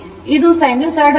ಇದು ಸೈನುಸೈಡಲ್ ತರಂಗರೂಪಕ್ಕೆ 1